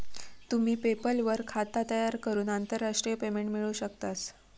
तुम्ही पेपल वर खाता तयार करून आंतरराष्ट्रीय पेमेंट मिळवू शकतास